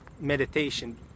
meditation